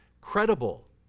credible